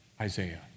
Isaiah